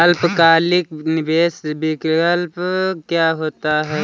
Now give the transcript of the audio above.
अल्पकालिक निवेश विकल्प क्या होता है?